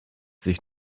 sich